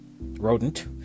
rodent